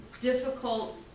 difficult